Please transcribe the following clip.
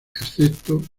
excepto